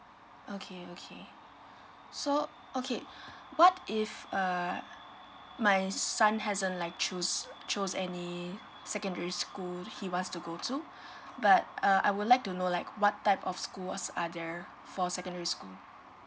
okay okay so okay what if err my son hasn't like choose chose any secondary school he wants to go to but uh I would like to know like what type of school was are there for secondary school